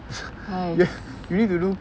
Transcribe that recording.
you need to do